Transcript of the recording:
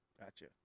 Gotcha